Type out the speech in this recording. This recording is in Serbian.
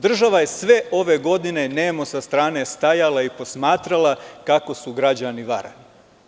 Država je sve ove godine nemo sa strane stajala i posmatrala kako su građani varani.